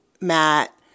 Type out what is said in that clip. Matt